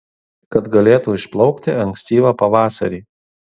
kad galėtų išplaukti ankstyvą pavasarį